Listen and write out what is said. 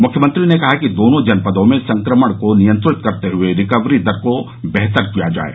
मुख्यमंत्री ने कहा कि दोनों जनपदों में संक्रमण को नियंत्रित करते हुए रिकवरी दर को बेहतर किया जाये